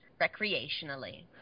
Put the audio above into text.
recreationally